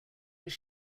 does